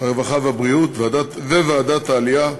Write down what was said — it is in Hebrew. הרווחה והבריאות וועדת העלייה,